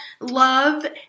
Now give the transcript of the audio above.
love